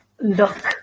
look